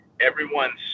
everyone's